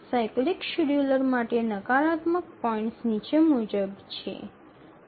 cyclic scheduler માટે નકારાત્મક points નીચે મુજબ છે